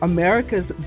America's